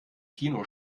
kino